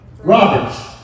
Roberts